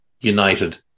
United